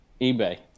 ebay